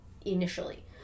initially